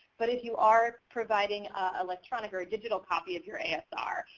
but if you are providing a electronic or a digital copy of your asr,